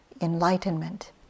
enlightenment